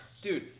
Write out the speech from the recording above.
Dude